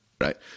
right